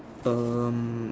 um